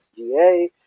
SGA